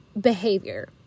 behavior